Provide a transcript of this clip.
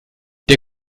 der